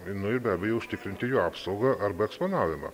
nu ir be abejo užtikrinti jo apsaugą arba eksponavimą